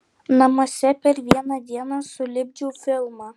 namuose per vieną dieną sulipdžiau filmą